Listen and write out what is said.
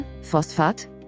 Phosphat